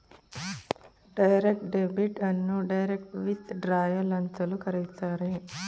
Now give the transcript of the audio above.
direct debit ಅನ್ನು direct withdrawal ಅಂತಲೂ ಕರೆಯುತ್ತಾರೆ